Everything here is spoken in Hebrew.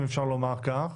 אם אפשר לומר כך.